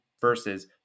versus